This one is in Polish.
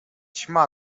ćma